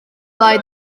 ddau